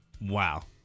Wow